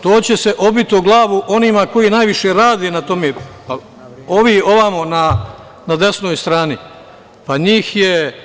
To će se obiti o glavu onima koji najviše rade na tome, ovi ovamo na desnoj strani, pa njih je…